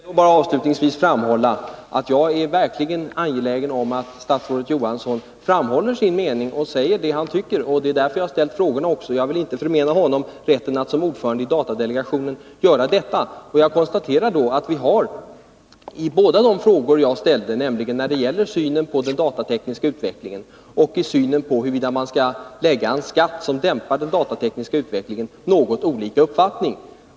Herr talman! Låt mig avslutningsvis bara påpeka att jag verkligen är angelägen om att statsrådet Johansson framhåller sin mening och säger vad han tycker. Det är därför jag ställt frågorna. Jag vill inte förmena honom rätten som ordförande i datadelegationen att göra detta. Jag konstaterar att vi i båda de frågor jag ställde, nämligen när det gäller synen på den datatekniska utvecklingen och när det gäller synen på huruvida man skall införa en skatt som dämpar den datatekniska utvecklingen, har något olika uppfattning.